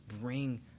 bring